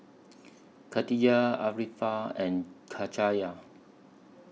Katijah Arifa and Cahaya